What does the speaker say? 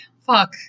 fuck